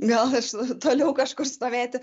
gal iš toliau kažkur stovėti